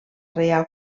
real